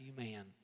amen